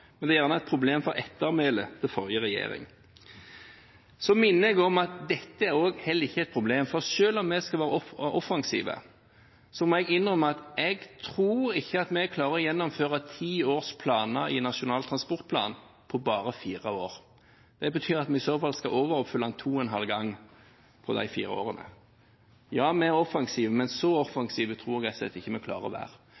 Men det er gjerne et problem for ettermælet til forrige regjering. Så minner jeg om at dette heller ikke er et problem, for selv om vi skal være offensive, må jeg innrømme at jeg ikke tror vi klarer å gjennomføre ti års planer i Nasjonal transportplan på bare fire år. Det betyr at vi i så fall skal overoppfylle to og en halv gang på de fire årene. Ja, vi er offensive, men så